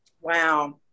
wow